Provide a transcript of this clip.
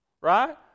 right